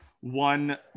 one